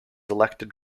elected